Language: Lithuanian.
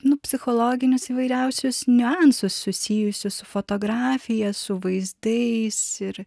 nu psichologinius įvairiausius niuansus susijusius su fotografija su vaizdais ir